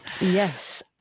Yes